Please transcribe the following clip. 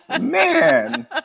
man